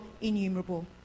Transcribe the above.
innumerable